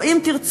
או אם תרצו,